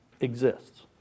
exists